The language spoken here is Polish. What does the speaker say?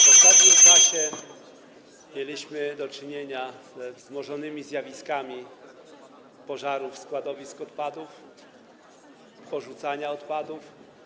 W ostatnim czasie [[Gwar na sali, dzwonek]] mieliśmy do czynienia ze wzmożonymi zjawiskami pożarów składowisk odpadów, porzucania odpadów.